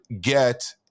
get